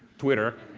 twitter,